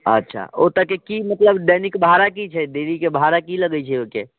अच्छा ओत्तऽके की मतलब दैनिक भाड़ा की छै डेलीके भाड़ा की लगैत छै ओहिके